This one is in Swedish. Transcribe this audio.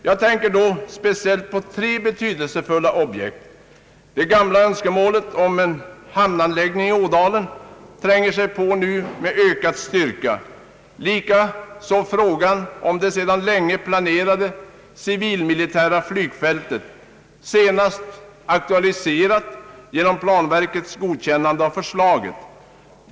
Jag tänker då speciellt på tre bety delsefulla objekt. Det gamla önskemålet om en hamnanläggning i Ådalen tränger sig på med ökad styrka. Likaså frågan om det sedan länge planerade civilmilitära flygfältet, senast aktualiserat genom planverkets godkännande av förslaget.